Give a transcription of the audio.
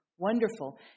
Wonderful